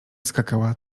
skakała